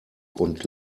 und